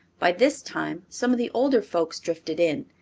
by this time some of the older folks drifted in,